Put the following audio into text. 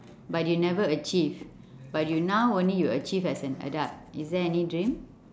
but you never achieve but you now only you achieved as an adult is there any dream